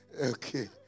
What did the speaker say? Okay